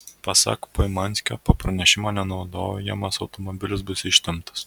pasak poimanskio po pranešimo nenaudojamas automobilis bus ištemptas